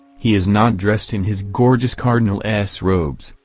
he is not dressed in his gorgeous cardinal s robes,